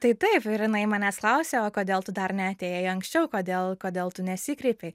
tai taip ir jinai manęs klausė o kodėl tu dar neatėjai anksčiau kodėl kodėl tu nesikreipei